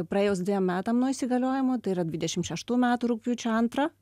praėjus dviem metam nuo įsigaliojimo tai yra dvidešimt šeštų metų rugpjūčio antrą